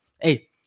hey